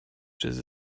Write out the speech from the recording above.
just